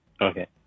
Okay